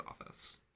office